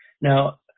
Now